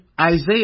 Isaiah